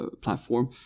platform